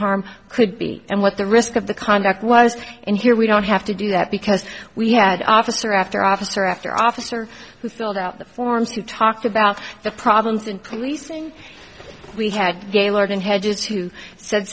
harm could be and what the risk of the conduct was in here we don't have to do that because we had officer after officer after officer who filled out the forms who talked about the problems in policing we had gaylord and hedges who said